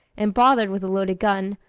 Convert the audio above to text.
and bothered with a loaded gun,